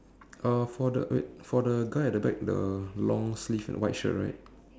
uh for the wait for the guy at the back the long sleeve and white shirt right